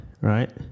right